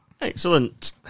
Excellent